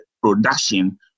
production